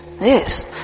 Yes